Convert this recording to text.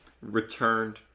returned